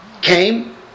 came